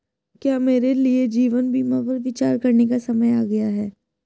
क्या मेरे लिए जीवन बीमा पर विचार करने का समय आ गया है?